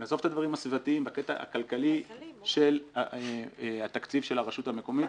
נעזוב את הדברים הסביבתיים בקטע הכלכלי של התקציב של הרשות המקומית,